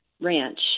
Ranch